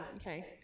Okay